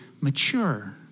mature